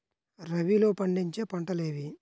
రబీలో పండించే పంటలు ఏవి?